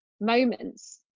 moments